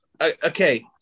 okay